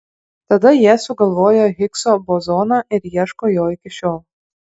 tada jie sugalvojo higso bozoną ir ieško jo iki šiol